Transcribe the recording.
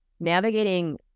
navigating